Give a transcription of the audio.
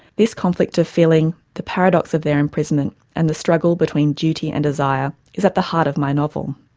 this conflict of feeling, the paradox of their imprisonment and the struggle between duty and desire, is at the heart of my novel.